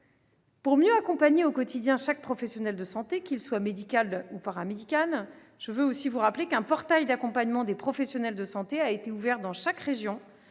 Pour mieux accompagner au quotidien chaque professionnel de santé, qu'il soit médical ou paramédical, je vous rappelle aussi qu'un portail d'accompagnement des professionnels de santé a été ouvert dans chaque région,